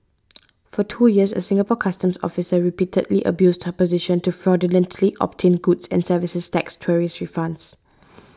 for two years a Singapore Customs officer repeatedly abused her position to fraudulently obtain goods and services tax tourist refunds